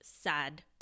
sad